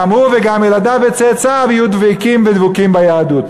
גם הוא וגם ילדיו וצאצאיו יהיו דבקים ודבוקים ביהדות.